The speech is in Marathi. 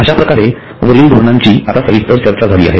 अश्याप्रकारे वरील धोरणांची आता सविस्तर चर्चा झाली आहे